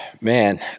man